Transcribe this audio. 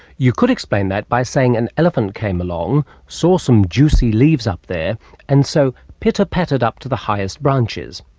you could explain that by saying an elephant came along, saw some juicy leaves up there and so pitter pattered up to the highest branches.